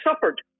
suffered